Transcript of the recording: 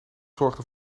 zorgde